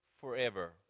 forever